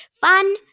Fun